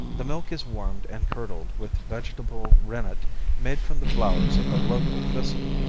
the milk is warmed and curdled with vegetable rennet made from the flowers of a local thistle,